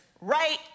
right